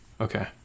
Okay